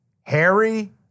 Harry